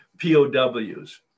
pow's